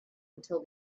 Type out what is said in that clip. until